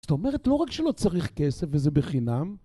זאת אומרת, לא רק שלא צריך כסף וזה בחינם...